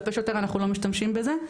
כלפי שוטר אנחנו לא משתמשים בזה,